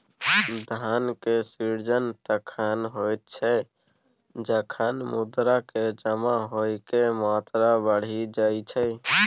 धन के सृजन तखण होइ छै, जखन मुद्रा के जमा होइके मात्रा बढ़ि जाई छै